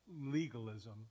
legalism